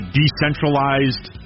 decentralized